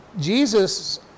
Jesus